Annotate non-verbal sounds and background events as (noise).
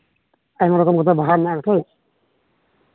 ᱟᱭᱢᱟ ᱨᱚᱠᱚᱢ (unintelligible) ᱵᱟᱦᱟ ᱢᱮᱱᱟᱜᱼᱟ ᱛᱚ